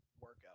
workout